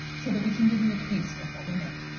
so that we can give you a taste of what we know.